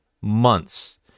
months